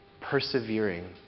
persevering